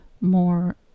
more